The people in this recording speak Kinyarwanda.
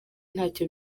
ntacyo